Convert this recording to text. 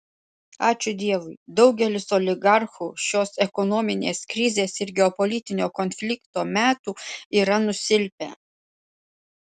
ačiū dievui daugelis oligarchų šios ekonominės krizės ir geopolitinio konflikto metų yra nusilpę